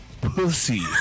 pussy